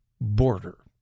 border